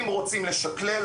אם רוצים לשקלל,